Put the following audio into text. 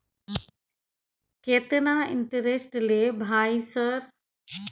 केतना इंटेरेस्ट ले भाई सर?